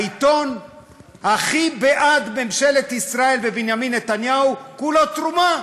העיתון שהוא הכי בעד ממשלת ישראל ובנימין נתניהו כולו תרומה,